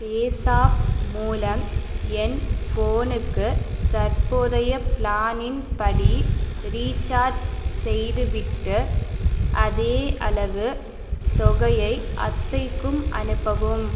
பேஸாப் மூலம் என் ஃபோனுக்கு தற்போதைய ப்ளானின் படி ரீச்சார்ஜ் செய்துவிட்டு அதே அளவு தொகையை அத்தைக்கும் அனுப்பவும்